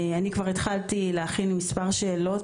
אני כבר התחלתי להכין מספר שאלות,